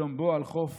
יום בו על חוף